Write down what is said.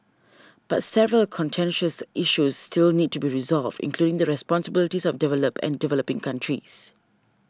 but several contentious issues still need to be resolved including the responsibilities of developed and developing countries